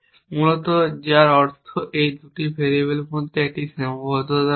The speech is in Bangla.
মূলত যার অর্থ এই 2টি ভেরিয়েবলের মধ্যে একটি সীমাবদ্ধতা রয়েছে